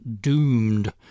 doomed